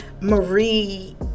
Marie